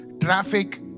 traffic